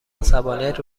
عصبانیت